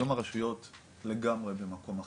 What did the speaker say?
היום הרשויות לגמרי במקום אחר,